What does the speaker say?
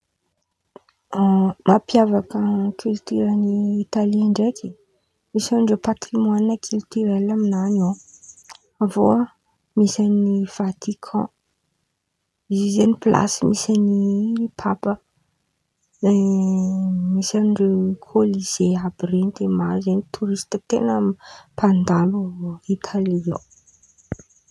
mampiavaka kilitioran̈y Italia ndraiky, misy andreo patrimoany kilitiorely amin̈any ao, avy eo a misy an̈y Vatikan, izy io zen̈y plasy misy an'i Papa, misy anireo kôlize àby ren̈y de maro zen̈y torista mpandalo Italia ao.